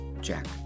jack